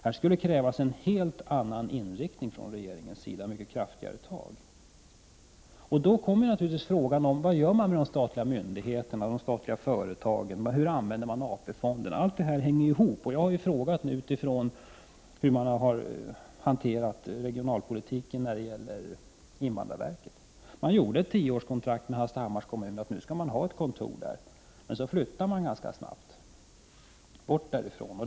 Här krävs en helt annan inriktning och mycket kraftigare tag från regeringens sida. Då inställer sig naturligtvis frågorna: Vad gör man inom myndigheterna, inom de statliga företagen? Hur använder man AP-fonderna? Allt detta hänger ihop. Jag har ställt mina frågor utifrån hur man har hanterat regionalpolitiken när det gäller invandrarverket. Man upprättade ett tioårskontrakt med Hallstahammars kommun, som innebar att ett kontor skulle förläggas där, men sedan flyttade man därifrån ganska snabbt.